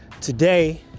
Today